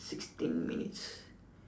sixteen minutes